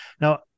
Now